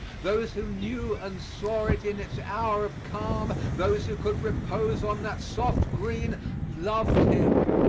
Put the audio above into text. those who knew and saw it in its hour of calm those who could repose on that soft green loved him.